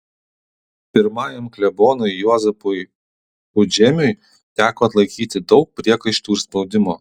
pirmajam klebonui juozapui pudžemiui teko atlaikyti daug priekaištų ir spaudimo